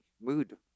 mood